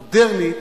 מודרנית,